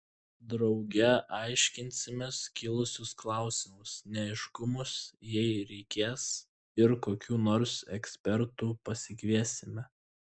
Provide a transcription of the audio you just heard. drauge aiškinsimės kilusius klausimus neaiškumus jei reikės ir kokių nors ekspertų pasikviesime